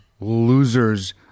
losers